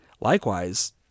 Likewise